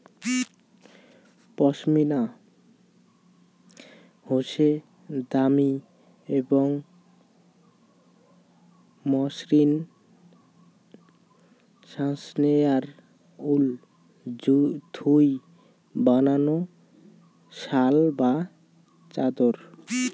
পশমিনা হসে দামি এবং মসৃণ কাশ্মেয়ার উল থুই বানানো শাল বা চাদর